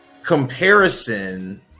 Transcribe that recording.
Comparison